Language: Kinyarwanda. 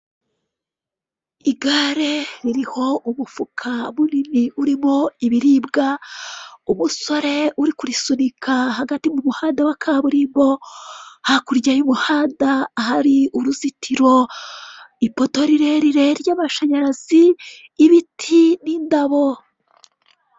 Igare ririho umufuka munini urimo ibiribwa umusore uri kurisunika hagati m'umuhanda wa kaburimbo, hakurya y'umuhanda hari uruzitiro ipoto rirerire ry'amashyanyarazi ibiti n'indabo.